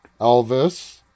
Elvis